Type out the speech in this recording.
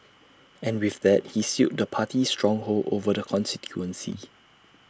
and with that he sealed the party's stronghold over the constituency